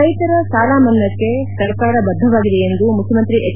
ರೈತರ ಸಾಲಮನ್ನಾಕ್ಷೆ ಸರ್ಕಾರ ಬದ್ದವಾಗಿದೆ ಎಂದು ಮುಖ್ಯಮಂತ್ರಿ ಹೆಚ್